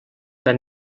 the